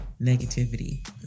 negativity